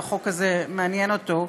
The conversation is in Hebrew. והחוק הזה מעניין אותו,